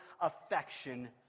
affection